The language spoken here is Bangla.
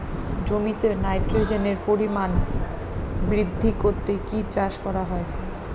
জমিতে নাইট্রোজেনের পরিমাণ বৃদ্ধি করতে কি চাষ করা হয়?